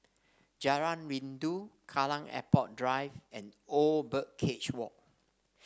Jalan Rindu Kallang Airport Drive and Old Birdcage Walk